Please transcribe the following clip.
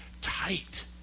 tight